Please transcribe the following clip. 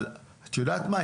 אבל את יודעת מה,